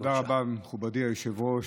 תודה רבה, מכובדי היושב-ראש.